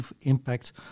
impact